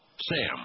Sam